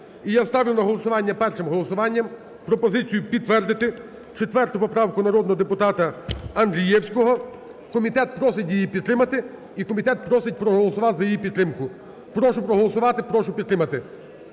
я ставлю на голосування першим голосуванням пропозицію підтвердити 4 поправку народного депутата Андрієвського. Комітет просить її підтримати, і комітет просить проголосувати за її підтримку. Прошу проголосувати. Прошу підтримати.